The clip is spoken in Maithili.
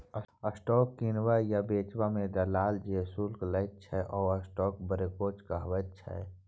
स्टॉक किनबा आ बेचबा मे दलाल जे शुल्क लैत छै ओ स्टॉक ब्रोकरेज कहाबैत छै